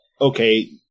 okay